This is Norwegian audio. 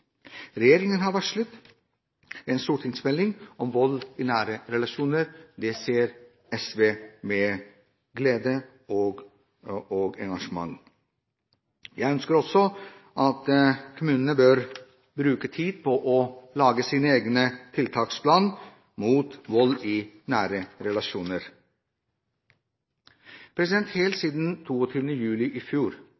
Regjeringen har varslet en stortingsmelding om vold i nære relasjoner. Det ser SV med glede og engasjement fram til. Jeg ønsker også at kommunene må bruke tid på å lage sin egen tiltaksplan mot vold i nære relasjoner. Helt